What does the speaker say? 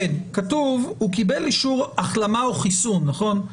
כן, כתוב הוא קיבל אישור החלמה או חיסון, נכון?